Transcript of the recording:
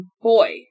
boy